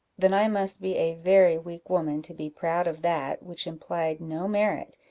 then i must be a very weak woman to be proud of that which implied no merit,